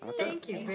um thank you